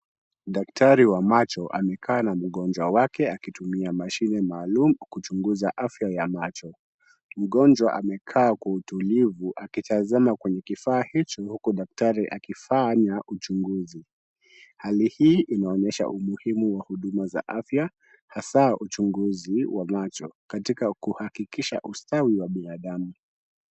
Daktari wa macho amekaa na mgonjwa wake akitumia mashine maalum kuchunguza afya ya macho. Mgonjwa amekaa kwa utulivu akitazama kwenye kifaa hicho huku daktari akifanya uchunguzi. Hali hii inaonyesha umuhimu wa huduma za afya hasa uchunguzi wa macho katika kuhakikisha ustawi wa binadamu.